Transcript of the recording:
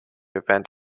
event